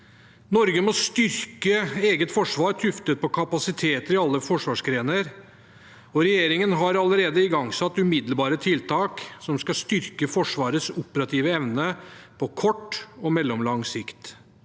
Norge må styrke eget forsvar tuftet på kapasiteter i alle forsvarsgrener, og regjeringen har allerede igangsatt umiddelbare tiltak som skal styrke Forsvarets operative evne på kort og mellomlang sikt.